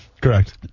Correct